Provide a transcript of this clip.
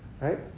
right